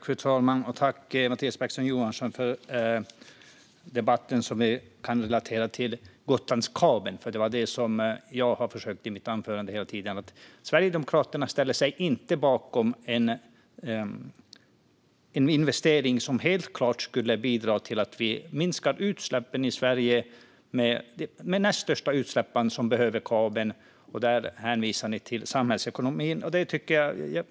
Fru talman! Tack, Mattias Bäckström Johansson, för debatten som gäller Gotlandskabeln! Sverigedemokraterna ställer sig inte bakom en investering som helt klart skulle bidra till minskade utsläpp i Sverige. Det är den näst största utsläpparen som behöver kabeln. Där hänvisar ni till samhällsekonomin.